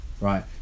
right